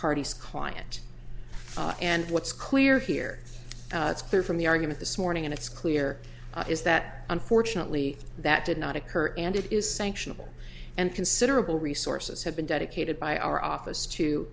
party's client and what's clear here it's clear from the argument this morning and it's clear is that unfortunately that did not occur and it is sanctionable and considerable resources have been dedicated by our office to